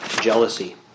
jealousy